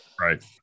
Right